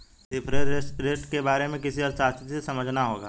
reference rate के बारे में किसी अर्थशास्त्री से समझना होगा